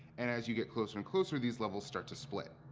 and as you get closer and closer, these levels start to split.